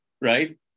right